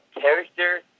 character